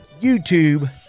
YouTube